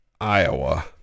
Iowa